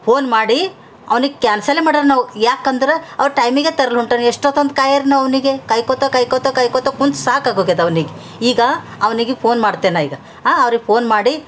phone ಮಾಡಿ ಅವ್ನಿಗೆ ಕ್ಯಾನ್ಸಲೇ ಮಾಡೋರ್ ನಾವು ಯಾಕಂದರ ಅವ ಟೈಮಿಗೆ ತರಲ್ಲ ಹೊಂಟಾನ್ ಎಷ್ಟೊತ್ತಂತ ಕಾಯರ್ರೀ ನಾವು ಅವನಿಗೆ ಕಾಯ್ಕೋತಾ ಕಾಯ್ಕೋತಾ ಕಾಯ್ಕೋತಾ ಕುಂತು ಸಾಕಾಗೋಗ್ಯದ ಅವ್ನಿಗೆ ಈಗ ಅವನಿಗೆ ಫೊನ್ ಮಾಡ್ತೆ ನಾ ಈಗ ಆಂ ಅವ್ರಿಗೆ ಪೋನ್ ಮಾಡಿ